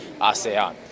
ASEAN